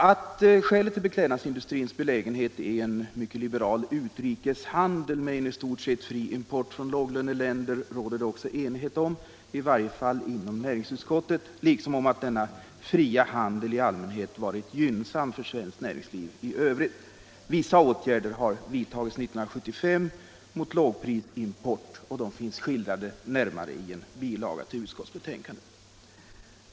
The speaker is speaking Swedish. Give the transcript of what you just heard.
Att skälet till beklädnadsindustrins belägenhet är en mycket liberal utrikeshandel med i stort sett fri import från låglöneländer råder det också enighet om -— i varje fall inom näringsutskottet — liksom om att denna fria handel i allmänhet varit gynnsam för svenskt näringsliv i övrigt. Vissa åtgärder vidtogs 1975 mot lågprisimport, och det finns närmare skildrat i en bilaga till utskottsbetänkandet.